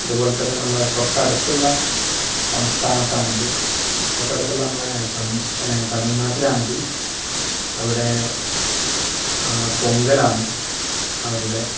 അതുപോലെതന്നെ നമ്മുടെ തൊട്ടടുത്തുള്ള സംസ്ഥാനത്താണെങ്കിൽ തൊട്ടടുത്തുള്ള നമ്മളുടെ സംസ്ഥ തമിഴ്നാട്ടിലാണെങ്കിൽ അവിടേ പൊങ്കലാണ് അവരുടെ